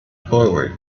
forward